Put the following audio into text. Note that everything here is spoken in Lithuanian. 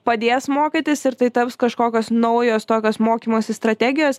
padės mokytis ir tai taps kažkokios naujos tokios mokymosi strategijos